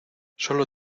solo